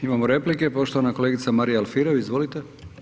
Imamo replike, poštovana kolegica Marija Alfirev, izvolite.